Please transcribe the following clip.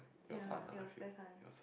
ya it was very fun